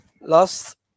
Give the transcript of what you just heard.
last